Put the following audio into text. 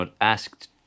asked